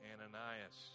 Ananias